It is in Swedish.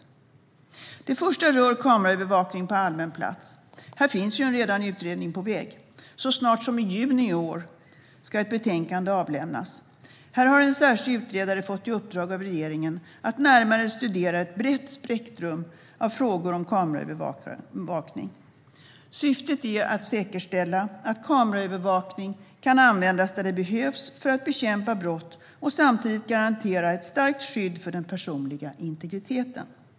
Det första förslaget om tillkännagivande rör kameraövervakning på allmän plats. Här finns redan en utredning på väg. Så snart som juni i år ska ett betänkande avlämnas. Här har en särskild utredare fått i uppdrag av regeringen att närmare studera ett brett spektrum av frågor om kameraövervakning. Syftet är att säkerställa att kameraövervakning kan användas där det behövs för att bekämpa brott och samtidigt garantera ett starkt skydd för den personliga integriteten.